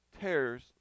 tears